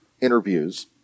interviews